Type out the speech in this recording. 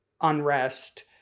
unrest